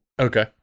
Okay